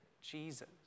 Jesus